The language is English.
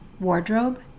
wardrobe